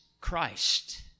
Christ